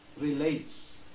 relates